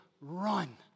run